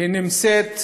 היא אחת